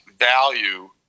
value